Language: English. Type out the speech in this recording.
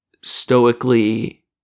stoically